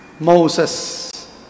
Moses